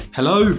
Hello